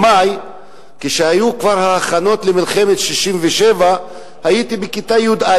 כשכבר היו ההכנות למלחמת 1967, הייתי בכיתה י"א.